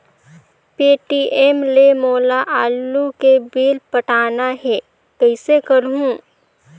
Paytm ले मोला आलू के बिल पटाना हे, कइसे करहुँ?